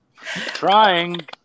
Trying